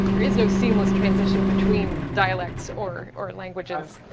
there is no seamless transition between dialects or or languages.